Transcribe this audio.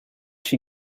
she